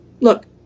look